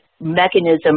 mechanism